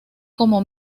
como